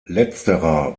letzterer